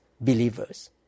believers